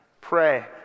Pray